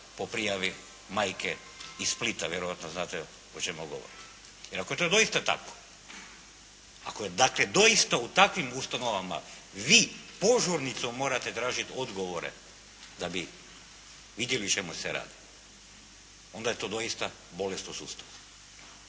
po prijavi majke iz Splita? Vjerojatno znate o čemu govorim. Jer ako je to doista tako, ako dakle doista u takvim ustanovama vi požurnicom morate tražit odgovore da bi vidjeli o čemu se radi, onda je to doista bolesni sustav.